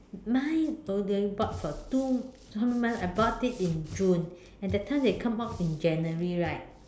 mine only bought for two how many months I bought it in June and that time they come out in January right